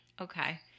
Okay